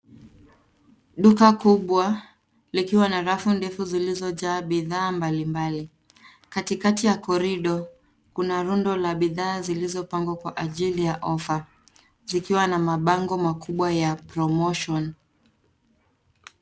Duka kubwa, likiwa na rafu ndefu zilizojaa bidhaa mbali mbali. Katikati ya korido, kuna rundo la bidhaa zilizopangwa kwa ajili ya ofa, zikiwa na mabango makubwa ya promotion .